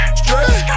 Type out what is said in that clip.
straight